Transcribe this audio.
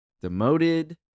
demoted